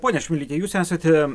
pone šmilyte jūs esate